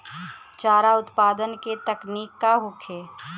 चारा उत्पादन के तकनीक का होखे?